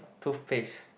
toothpaste